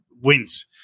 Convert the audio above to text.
wins